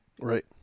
Right